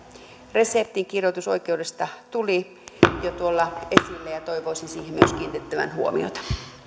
reseptinkirjoitusoikeus tuli jo esille ja toivoisin myös siihen kiinnitettävän huomiota